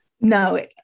No